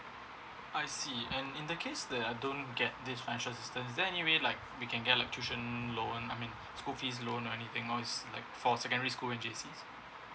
I see and in the case that I don't get this financial assistant is there any way like we can get like tuition loan I mean school fee loan or anything else for secondary school and J_C